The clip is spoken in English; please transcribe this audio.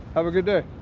have a good day!